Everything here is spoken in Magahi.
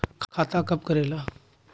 खाता कब करेला?